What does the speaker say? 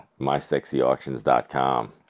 mysexyauctions.com